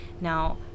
now